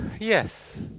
yes